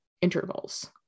intervals